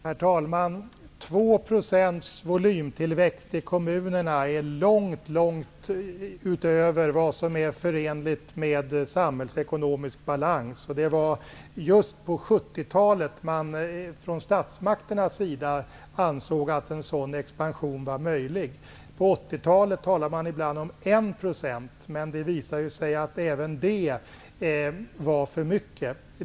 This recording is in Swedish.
Herr talman! En volymtillväxt på 2 % i kommunerna är långt utöver vad som är förenligt med samhällsekonomisk balans. Det var på 70-talet som man från statsmakternas sida ansåg att en sådan expansion var möjlig. På 80-talet talade man ibland om 1 %. Men det visade sig att även detta var för mycket.